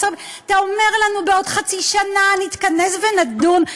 אתה אומר לנו: בעוד חצי שנה נתכנס ונדון.